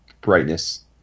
brightness